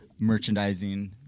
merchandising